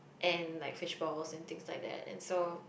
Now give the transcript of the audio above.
and like fishballs and things like that and so